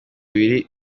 bibiri